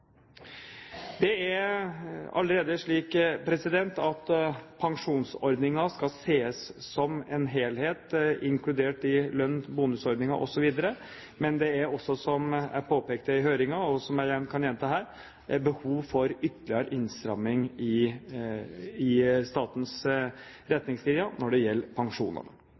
Det er allerede slik at pensjonsordninger skal ses som en helhet, inkludert lønn, bonusordninger osv., men det er også – som jeg påpekte i høringen, som jeg kan gjenta her – behov for ytterligere innstramming i statens retningslinjer når det gjelder